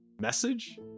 message